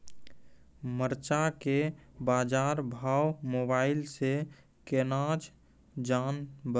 मरचा के बाजार भाव मोबाइल से कैनाज जान ब?